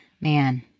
Man